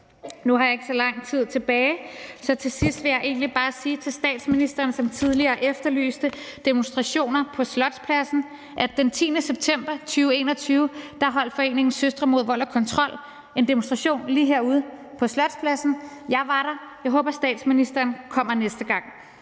Nu har jeg ikke så lang taletid tilbage, så til sidst vil jeg egentlig bare sige til statsministeren, som tidligere efterlyste demonstrationer på Slotspladsen, at den 10. september 2021 holdt foreningen Søstre mod vold og kontrol en demonstration lige herude på Slotspladsen. Jeg var der, og jeg håber, at statsministeren kommer næste gang.